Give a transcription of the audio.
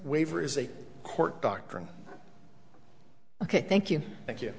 waiver is a court doctrine ok thank you thank you